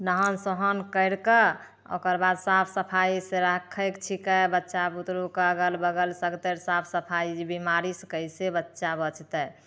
नहान सोहान करिकऽ आओर ओकरबाद साफ सफाइसँ राखयके छिकै बच्चा बुतरूके अगल बगल सभतरि साफ सफाइ ई बीमारीसँ कैसे बच्चा बचतइ